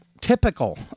typical